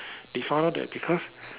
they found out that because